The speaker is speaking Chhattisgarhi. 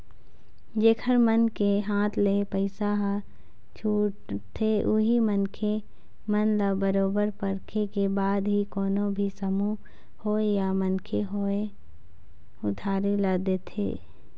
जेखर मन के हाथ ले पइसा ह छूटाथे उही मनखे मन ल बरोबर परखे के बाद ही कोनो भी समूह होवय या मनखे होवय उधारी ल देथे